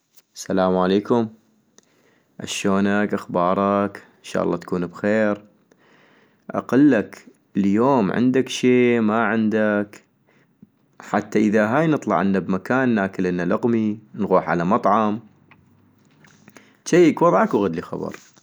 السلام عليكم - اشونك؟ اخبارك ؟ ان شاء الله تكون بخير ؟ -اقلك ، اليوم عندك شي ما عندك ؟ حتى اذا هاي نطلعلنا بمكان ناكلنا لقمي، نغوح على مطعم - جيك وضعك وغدلي خبر